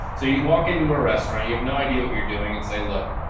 so you walk into a restaurant, you have no idea what you're doing and say, look,